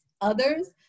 others